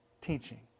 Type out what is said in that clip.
teaching